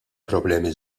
problemi